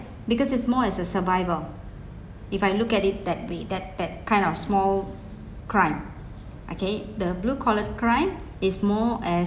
because it's more as a survival if I look at it that way that that kind of small crime okay the blue collared crime is more as